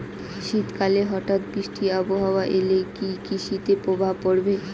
শীত কালে হঠাৎ বৃষ্টি আবহাওয়া এলে কি কৃষি তে প্রভাব পড়বে?